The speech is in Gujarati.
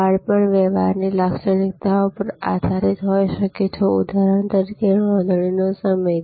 વાડ પણ વ્યવહારની લાક્ષણિકતાઓ પર આધારિત હોઈ શકે છે ઉદાહરણ તરીકે નોંધણીનો સમય